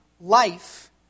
life